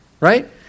right